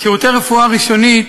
שירותי רפואה ראשונית